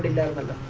them and